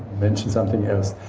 mention something else,